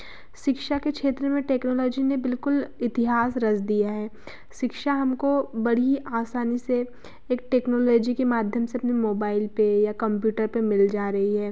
शिक्षा के क्षेत्र में टेक्नोलॉजी ने बिलकुल इतिहास रच दिया है शिक्षा हमको बड़ी आसानी से एक टेक्नोलॉजी के माध्यम से अपने मोबाइल पर या कंप्यूटर पर मिल जा रही है